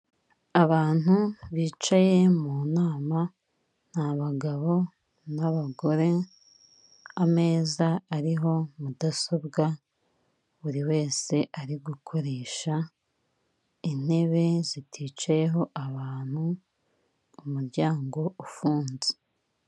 Abantu bicaye mu nama n'abagabo n'abagore, ameza ariho mudasobwa buri wese ari gukoresha intebe ziticayeho abantu, umuryango ufunze.